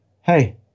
hey